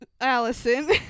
Allison